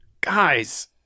guys